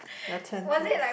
your turn please